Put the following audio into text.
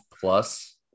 plus